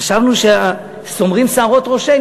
חשבנו שסומרות שערות ראשינו,